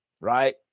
right